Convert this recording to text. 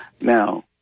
Now